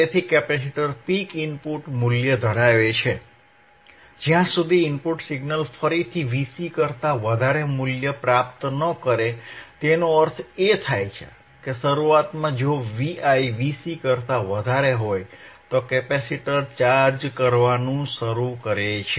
તેથી capacitor peak input મૂલ્ય ધરાવે છે જ્યાં સુધી ઇનપુટ સિગ્નલ ફરીથી Vc કરતા વધારે મૂલ્ય પ્રાપ્ત ન કરે તેનો અર્થ એ કે શરૂઆતમાં જો Vi Vc કરતા વધારે હોય તો કેપેસિટર ચાર્જ કરવાનું શરૂ કરશે